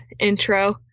intro